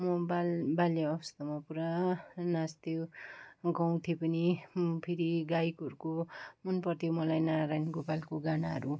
म बाल् बाल्य अवस्थामा पुरा नाच्थेँ म गाउँथेँ पनि फेरि गायकहरूको मनपर्थ्यो मलाई नारायण गोपालको गानाहरू